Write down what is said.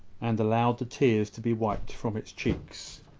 and allowed the tears to be wiped from its cheeks.